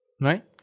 Right